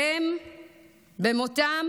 והם במותם